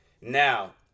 Now